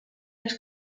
las